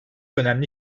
önemli